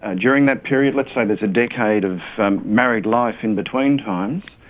ah during that period, let's say there's a decade of married life in between times,